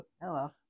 Hello